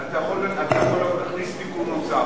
אתה יכול להכניס תיקון נוסף,